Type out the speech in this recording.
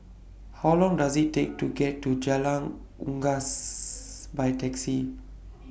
How Long Does IT Take to get to Jalan Unggas By Taxi